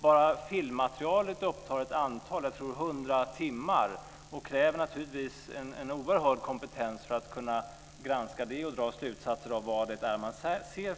Bara filmmaterialet upptar ett antal hundra timmar, tror jag. Det krävs naturligtvis en oerhörd kompetens för att kunna granska det och dra slutsatser av vad det är man ser.